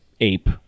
ape